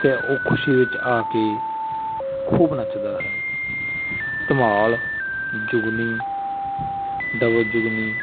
ਅਤੇ ਉਹ ਖੁਸ਼ੀ ਵਿੱਚ ਆ ਕੇ ਖੂਬ ਨੱਚਦਾ ਹੈ ਧਮਾਲ ਜੁਗਨੀ ਡਬਲ ਜੁਗਨੀ